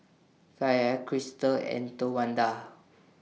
Kaia Kristal and Towanda